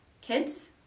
kids